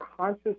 conscious